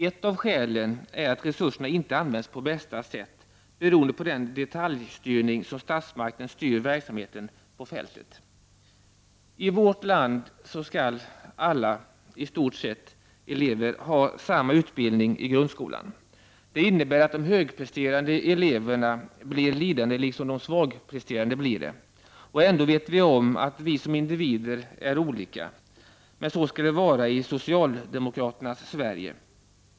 Ett av skälen är att resurserna inte används på bästa sätt, beroende på den detaljstyrning med vilken statsmakten styr verksamheten på fältet. I vårt land skall i stort sett alla elever ha samma utbildning i grundskolan. Det innebär att de högpresterande eleverna blir lidande, liksom de svagpresterande. Och ändå vet vi att vi som individer är olika. Men så skall det vara i socialdemokraternas Sverige.